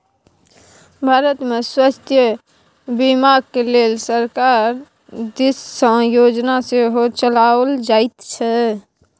भारतमे स्वास्थ्य बीमाक लेल सरकार दिससँ योजना सेहो चलाओल जाइत छै